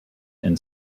and